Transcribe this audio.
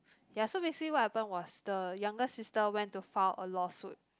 ya so basically what happen was the younger sister went to file a lawsuit